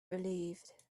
relieved